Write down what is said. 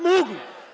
Mógł.